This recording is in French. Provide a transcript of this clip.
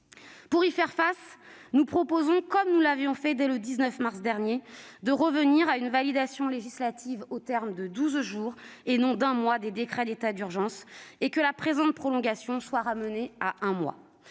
Pour y faire face, nous proposons, comme nous l'avions fait dès le 19 mars dernier, de revenir à une validation législative au terme de douze jours, et non d'un mois, des décrets d'état d'urgence, et que la présente prolongation soit ramenée à un mois.